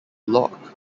locke